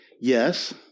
yes